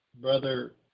brother